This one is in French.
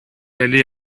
aller